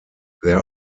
there